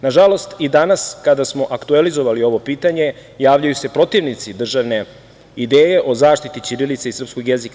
Nažalost, i danas kada smo aktuelizovali ovo pitanje, javljaju se protivnici državne ideje o zaštiti ćirilice i srpskog jezika.